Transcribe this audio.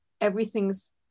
everything's